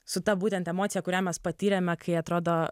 su ta būtent emocija kurią mes patyrėme kai atrodo